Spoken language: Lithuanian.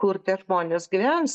kur tie žmonės gyvens